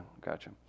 Gotcha